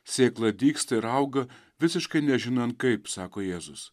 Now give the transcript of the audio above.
sėkla dygsta ir auga visiškai nežinant kaip sako jėzus